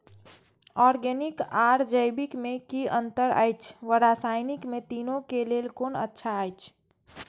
Organic आर जैविक में कि अंतर अछि व रसायनिक में तीनो क लेल कोन अच्छा अछि?